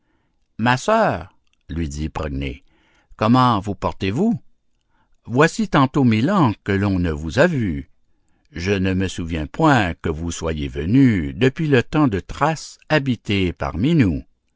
ma sœur lui dit progné comment vous portez-vous voici tantôt mille ans que l'on ne vous a vue je ne me souviens point que vous soyez venue depuis le temps de thrace habiter parmi nous